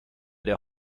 der